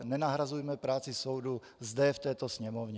Nenahrazujme práci soudu zde v této Sněmovně.